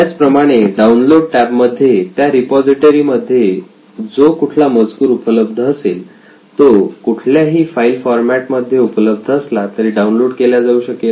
त्याच प्रमाणे डाऊनलोड टॅबमध्ये या रिपॉझिटरी मध्ये जो कुठला मजकूर उपलब्ध असेलतो कुठल्याही फाईल फॉरमॅट मध्ये उपलब्ध असला तरी डाऊनलोड केल्या जाऊ शकेल